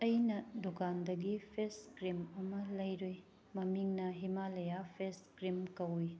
ꯑꯩꯅ ꯗꯨꯀꯥꯟꯗꯒꯤ face cream ꯑꯃ ꯂꯩꯔꯨꯏ ꯃꯃꯤꯡꯅ ꯍꯤꯃꯥꯂꯌꯥ ꯐꯦꯁ ꯀ꯭ꯔꯤꯝ ꯀꯧꯏ